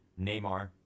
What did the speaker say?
Neymar